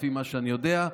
לפי מה שאני יודע.